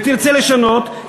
ותרצה לשנות,